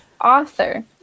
author